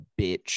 bitch